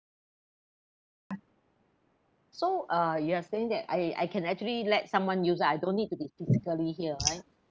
so uh you are saying that I I can actually let someone use ah I don't need to be physically here right